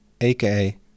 aka